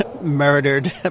murdered